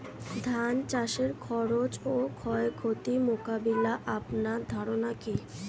ধান চাষের খরচ ও ক্ষয়ক্ষতি মোকাবিলায় আপনার ধারণা কী?